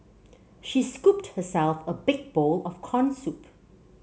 she scooped herself a big bowl of corn soup